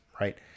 right